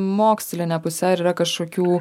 moksline puse ar yra kažkokių